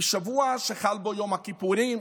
בשבוע שחל בו יום הכיפורים,